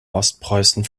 ostpreußen